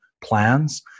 plans